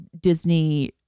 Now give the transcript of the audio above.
Disney